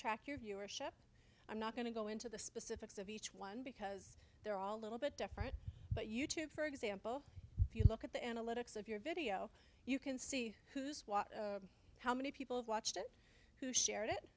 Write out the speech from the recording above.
track your viewership i'm not going to go into the specifics of each one because they're all little bit different but you tube for example if you look at the analytics of your video you can see who's watched how many people have watched it who shared it